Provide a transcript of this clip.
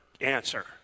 answer